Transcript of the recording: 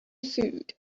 food